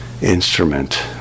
instrument